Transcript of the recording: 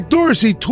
Dorsey